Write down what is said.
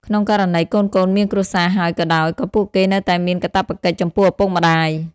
ក្នុងករណីកូនៗមានគ្រួសារហើយក៏ដោយ ក៏ពួកគេនៅតែមានកាតព្វកិច្ចចំពោះឪពុកម្តាយ។